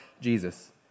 Jesus